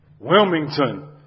Wilmington